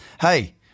hey